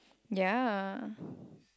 ya